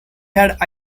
had